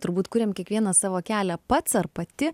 turbūt kuriam kiekvienas savo kelią pats ar pati